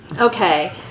Okay